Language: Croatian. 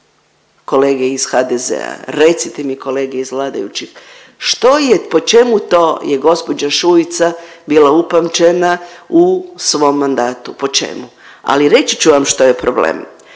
kolege iz HDZ-a, recite mi kolege iz vladajućih što je po čemu to je gospođa Šuica bila upamćena u svom mandatu, po čemu? Ali reći ću vam što je problem.